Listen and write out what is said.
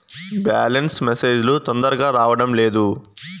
Balance message లు తొందరగా రావడం లేదు?